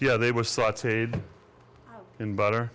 yeah they were sauteed in butter